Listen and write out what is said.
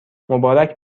مبارک